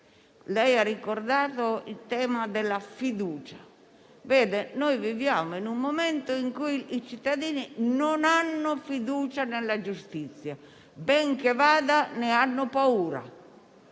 Lei ha ricordato il tema della fiducia. Noi viviamo in un momento in cui i cittadini non hanno fiducia nella giustizia, ben che vada ne hanno paura